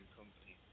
company